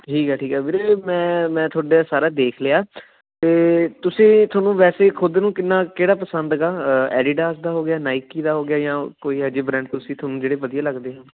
ਠੀਕ ਹੈ ਠੀਕ ਹੈ ਵੀਰੇ ਮੈਂ ਮੈਂ ਤੁਹਾਡੇ ਇਹ ਸਾਰਾ ਦੇਖ ਲਿਆ ਅਤੇ ਤੁਸੀਂ ਤੁਹਾਨੂੰ ਵੈਸੇ ਖੁਦ ਨੂੰ ਕਿੰਨਾ ਕਿਹੜਾ ਪਸੰਦ ਗਾ ਐਡੀਡਾਸ ਦਾ ਹੋ ਗਿਆ ਨਾਇਕੀ ਦਾ ਹੋ ਗਿਆ ਜਾਂ ਕੋਈ ਇਹੋ ਜਿਹੇ ਬਰੈਂਡ ਤੁਸੀਂ ਤੁਹਾਨੂੰ ਵਧੀਆ ਲੱਗਦੇ ਹੋਣ